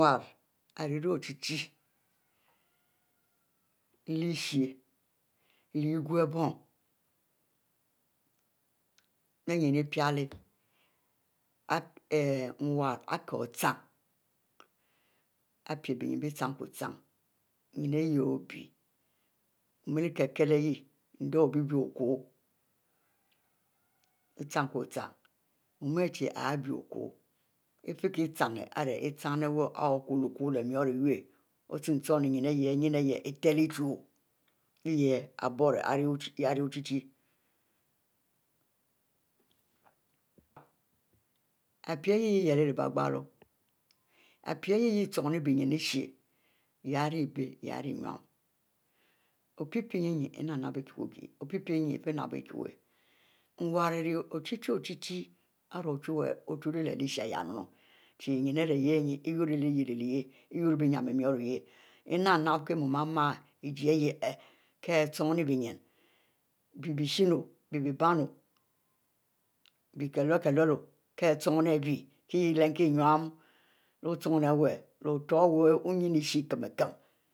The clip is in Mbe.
Nwarr ari leh ochie-chie lehishieh leh egu bon leh nine ipiele nwarr ari kie ochin ari pie benyin bie chin-ko chin nyin ari wu obie omele kie-kiele ayeh, endieh obie-bie ochu echin kue ehin mu ari chie ari chie ari biu ochu ifie kie chin ihieh irie chin iwu ari bie-bie ochu ochu leh mu rue ihieh, ari chin-chin nyin ari yah nyin ihieh i chule pie hieh yah ari hey ihieh lyielo ihieh chinbie nyin ishie, yah ari abie yah ari eniu, opie pie ikie wu okie, nwarr ari nyin ihieh ochie-chie ari ochuwue ochule lyieh nunu ari iheyien iwu lyiel leh yah iyiel binyin ari mu oyieh i nap-nap kie mu ari mie ijie iheih kie ari chin-benyin, bie bie ishin oh bie-bie bann, bie kilukie lur oh kie chin kie lemu eninu leh ochin wuie